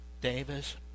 Davis